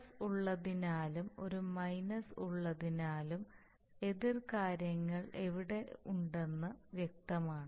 plus ഉള്ളതിനാലും ഒരു minus ഉള്ളതിനാലും എതിർ കാര്യങ്ങൾ അവിടെ ഉണ്ടെന്ന് വ്യക്തമാണ്